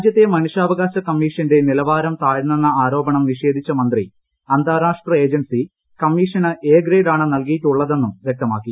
രാജ്യത്തെ മനുഷ്യാവകാശ കമ്മീഷന്റെ നിലവാരം താഴ്ന്നെന്ന ആരോപണം നിഷേധിച്ച മന്ത്രി അന്താരാഷ്ട്ര ഏജൻസി കമ്മീഷന് എ ഗ്രേഡാണ് നൽകിയിട്ടുളളതെന്നും വൃക്തമാക്കി